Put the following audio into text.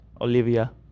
Olivia